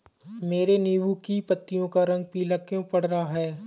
मेरे नींबू की पत्तियों का रंग पीला क्यो पड़ रहा है?